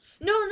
No